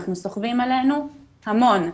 אנחנו סוחבים עלינו המון,